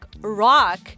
rock